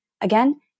Again